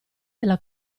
della